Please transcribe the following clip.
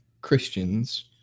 Christians